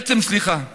בעצם, סליחה,